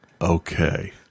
Okay